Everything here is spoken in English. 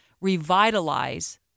revitalize